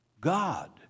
God